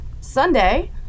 Sunday